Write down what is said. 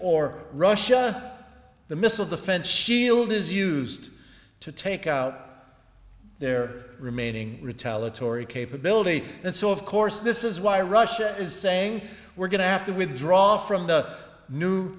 or russia the missile defense shield is used to take out their remaining retaliatory capability and so of course this is why russia is saying we're going to have to withdraw from the new